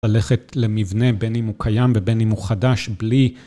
ללכת למבנה בין אם הוא קיים ובין אם הוא חדש בלי